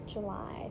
July